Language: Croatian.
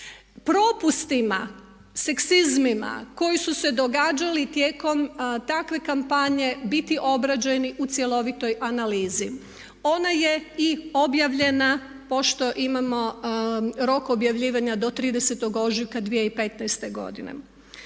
propustima, seksizmima koji su se događali tijekom takve kampanje biti obrađeni u cjelovitoj analizi. Ona je i objavljena, pošto imamo rok objavljivanja do 30. ožujka 2015. godine.